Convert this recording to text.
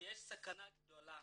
שיש סכנה גדולה